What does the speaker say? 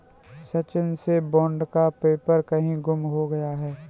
सचिन से बॉन्ड का पेपर कहीं गुम हो गया है